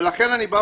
לכן אני אומר